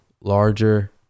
larger